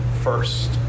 first